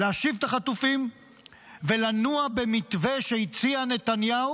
להשיב את החטופים ולנוע במתווה שהציע נתניהו